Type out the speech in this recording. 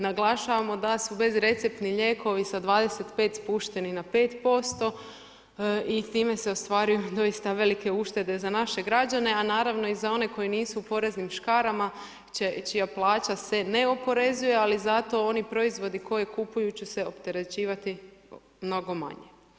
Naglašavamo da su bezreceptni lijekovi sa 25 spušteni na 5% i time se ostvaruju doista velike uštede za naše građane, a naravno i za one koji nisu u poreznim škarama čija plaća se ne oporezuje, ali zato oni proizvodi, koji kupuju će se opterećivati mnogo manje.